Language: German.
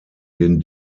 den